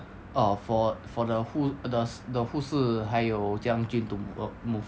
orh for for the who the the 护士还有将军 to err move